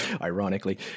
ironically